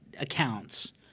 accounts